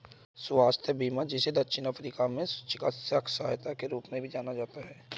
स्वास्थ्य बीमा जिसे दक्षिण अफ्रीका में चिकित्सा सहायता के रूप में भी जाना जाता है